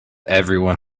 everyone